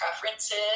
preferences